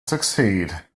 succeed